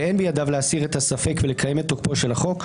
ואין בידיו להסיר את הספק ולקיים את תוקפו של החוק,